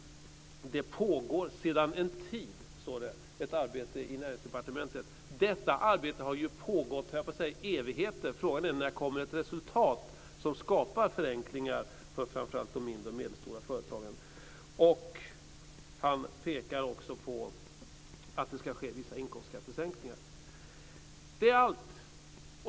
Sedan en tid pågår ett arbete i Näringsdepartementet, står det. Detta arbete har ju pågått i evigheter, höll jag på att säga! Frågan är: När kommer ett resultat som skapar förenklingar för framför allt de mindre och medelstora företagen? Finansministern pekar också på att vissa inkomstskattesänkningar ska ske. Det är allt!